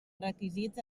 requisits